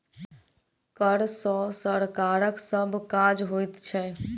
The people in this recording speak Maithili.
कर सॅ सरकारक सभ काज होइत छै